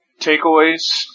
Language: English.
takeaways